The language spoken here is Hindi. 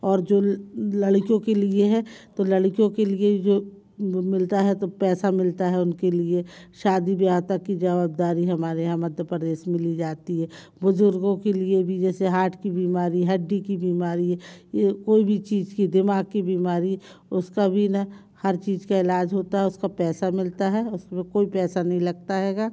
और जो लड़कियों के लिए है तो लड़कियों के लिए जो मिलता है तो पैसा मिलता है उनके लिए शादी ब्याह तक की जवाबदारी हमारे यहाँ मध्य प्रदेश में ली जाती है बुज़ुर्गों के लिए भी जैसे हार्ट की बीमारी हड्डी की बीमारी है या कोई भी चीज़ की दिमाग की बीमारी उसका भी ना हर चीज़ का इलाज़ होता है उसका पैसा मिलता है उसमें कोई पैसा नहीं लगता हैगा